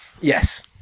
Yes